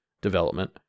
development